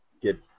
get